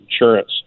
insurance